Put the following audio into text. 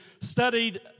studied